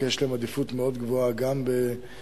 כי יש להם עדיפות מאוד גבוהה גם במענקי